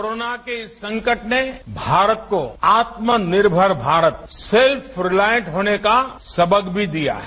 corona के संकट ने भारत को आत्मनिर्भर भारत सेल्फ रिलाइंट होने का सबक भी दिया है